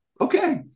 Okay